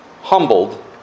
humbled